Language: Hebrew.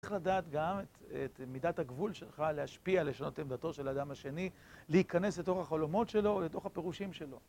צריך לדעת גם את מידת הגבול שלך להשפיע על לשנות עמדתו של האדם השני, להיכנס לתוך החלומות שלו, ולתוך הפירושים שלו.